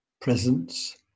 presence